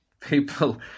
people